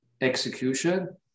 execution